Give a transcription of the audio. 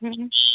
ہوں